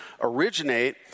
originate